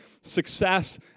success